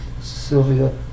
Sylvia